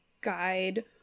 guide